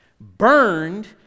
burned